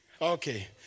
Okay